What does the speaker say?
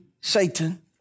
Satan